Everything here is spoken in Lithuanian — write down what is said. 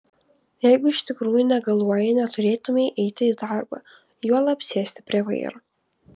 jeigu iš tikrųjų negaluoji neturėtumei eiti į darbą juolab sėsti prie vairo